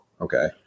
okay